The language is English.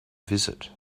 visit